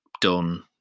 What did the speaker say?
done